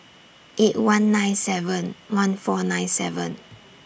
eight one nine seven one four nine seven